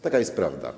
Taka jest prawda.